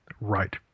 right